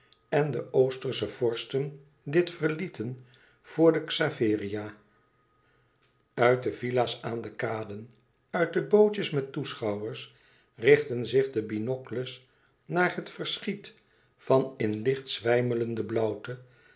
en de oostersche vorsten dit verlieten voor de xaveria uit de villa's aan de kaden uit de bootjes met toeschouwers richtten zich de binocles naar het verschiet van in licht zwijmelende